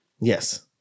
Yes